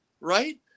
right